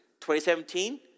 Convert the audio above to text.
2017